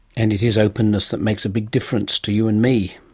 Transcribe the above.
and it is openness that makes a big difference to you and me.